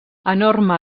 enorme